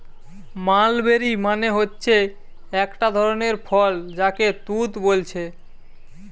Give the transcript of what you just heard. mulberry মানে হচ্ছে একটা ধরণের ফল যাকে তুত বোলছে